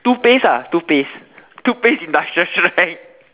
toothpaste ah toothpaste toothpaste industrial strength